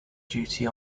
duty